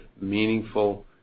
meaningful